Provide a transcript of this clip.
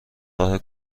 راه